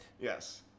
Yes